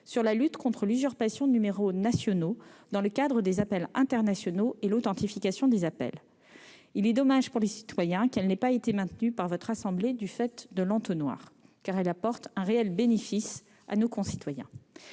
sur la lutte contre l'usurpation de numéros nationaux dans le cadre d'appels internationaux et l'authentification des appels. Il est dommage pour les citoyens qu'elles n'aient pas été maintenues par votre assemblée du fait de la règle de l'entonnoir, car elles leur apportent un réel bénéfice. Mesdames,